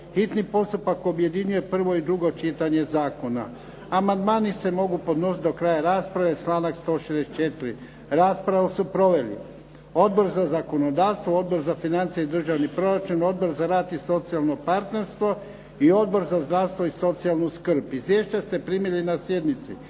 hitni postupak objedinjuje prvo i drugo čitanje zakona. Amandmani se mogu podnositi do kraja rasprave, članak 164. Raspravu su proveli Odbor za zakonodavstvo, Odbor za financije i državni proračun, Odbor za rad i socijalno partnerstvo i Odbor za zdravstvo i socijalnu skrb. Izvješća ste primili na sjednici.